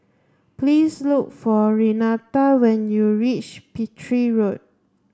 please look for Renata when you reach Petir Road